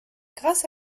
grâce